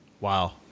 Wow